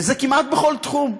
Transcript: וזה כמעט בכל תחום.